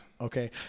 Okay